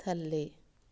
ਥੱਲੇ